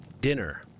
dinner